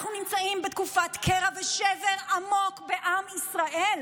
אנחנו נמצאים בתקופת קרע ושבר עמוק בעם ישראל.